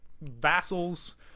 vassals